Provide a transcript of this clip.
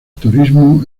turismo